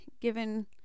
given